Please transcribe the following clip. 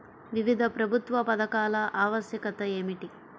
వివిధ ప్రభుత్వా పథకాల ఆవశ్యకత ఏమిటి?